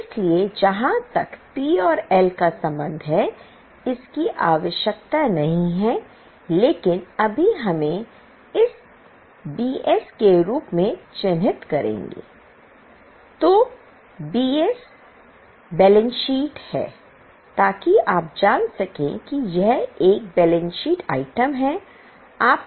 इसलिए जहां तक पी और एल का संबंध है इसकी आवश्यकता नहीं है लेकिन अभी हम इसे बीएस के रूप में चिह्नित करेंगे